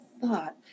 thought